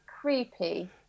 creepy